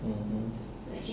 mm hmm